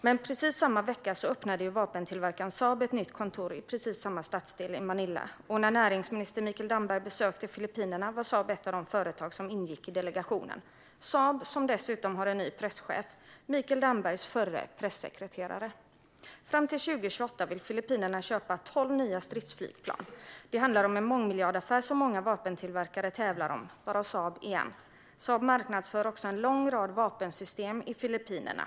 Men samma vecka öppnade vapentillverkaren Saab ett nytt kontor i precis samma stadsdel i Manila. Och när näringsminister Mikael Damberg besökte Filippinerna var Saab ett av företagen som ingick i delegationen. Saab har dessutom en ny presschef: Mikael Dambergs förre pressekreterare. Filippinerna vill fram till 2028 köpa tolv nya stridsflygplan. Det handlar om en mångmiljardaffär som många vapentillverkare tävlar om. Saab är en av dem. Saab marknadsför också en lång rad vapensystem i Filippinerna.